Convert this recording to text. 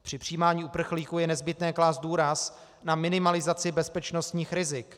Při přijímání uprchlíků je nezbytné klást důraz na minimalizaci bezpečnostních rizik.